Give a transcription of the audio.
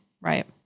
right